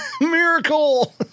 miracle